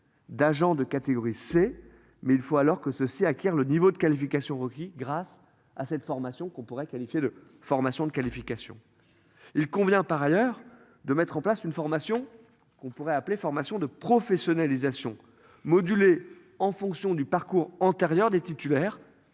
d'agents de catégorie C mais il faut alors que ceux-ci acquièrent le niveau de qualification requis. Grâce à cette formation qu'on pourrait qualifier de formation, de qualification. Il convient par ailleurs de mettre en place une formation qu'on pourrait appeler formation de professionnalisation modulée en fonction du parcours antérieurs des titulaires.